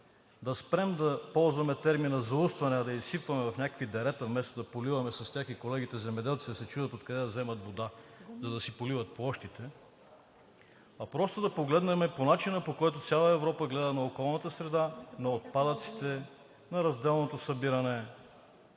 да спрем да ползваме термина заустване, да я изсипваме в някакви дерета вместо да поливаме с нея и колегите земеделци да се чудят откъде да вземат вода, за да си поливат площите, просто да погледнем по начина, по който цяла Европа гледа на околната среда, на отпадъците, на разделното събиране,